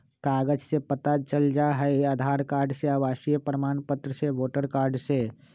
कागज से पता चल जाहई, आधार कार्ड से, आवासीय प्रमाण पत्र से, वोटर कार्ड से?